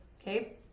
Okay